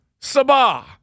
Sabah